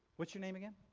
what's your name again?